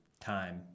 time